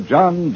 John